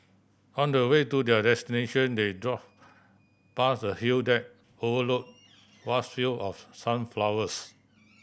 on the way to their destination they drove past a hill that overlook vast field of sunflowers